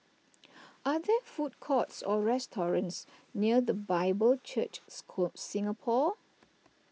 are there food courts or restaurants near the Bible Church score Singapore